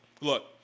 Look